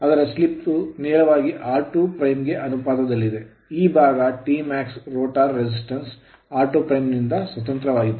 ಆದರೆ ಸ್ಲಿಪ್ ನೇರವಾಗಿ r2 ಗೆ ಅನುಪಾತದಲ್ಲಿದೆ ಈ ಭಾಗ Tmax rotor resistance rotor resistance r2 ನಿಂದ ಸ್ವತಂತ್ರವಾಗಿದೆ